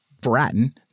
Bratton